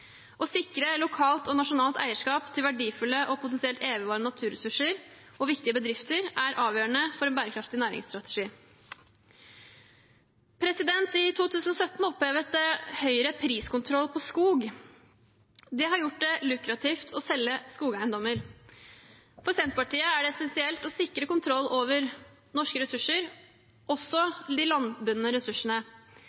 Å sikre lokalt og nasjonalt eierskap til verdifulle og potensielt evigvarende naturressurser og viktige bedrifter er avgjørende for en bærekraftig næringsstrategi. I 2017 opphevet Høyre priskontroll på skog. Det har gjort det lukrativt å selge skogeiendommer. For Senterpartiet er det essensielt å sikre kontroll over norske ressurser, også